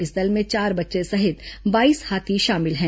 इस दल में चार बच्चे सहित बाईस हाथी शामिल हैं